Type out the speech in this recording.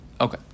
Okay